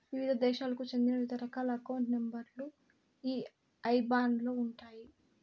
వివిధ దేశాలకు చెందిన వివిధ రకాల అకౌంట్ నెంబర్ లు ఈ ఐబాన్ లో ఉంటాయి